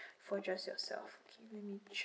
for just yourself okay sure